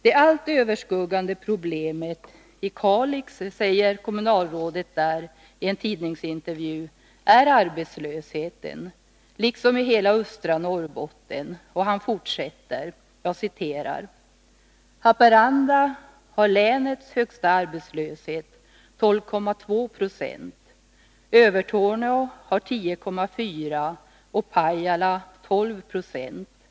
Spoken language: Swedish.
Det allt överskuggande problemet i Kalix, liksom i hela östra Norrbotten, är arbetslösheten, säger kommunalrådet i Kalix i en tidningsintervju. Han fortsätter: ”Haparanda har länets högsta arbetslöshet, 12,2 Zo. Övertorneå har 10,4 och Pajala 12 26.